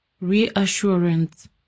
reassurance